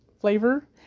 flavor